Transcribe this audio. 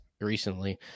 recently